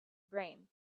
brain